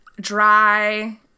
dry